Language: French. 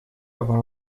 avant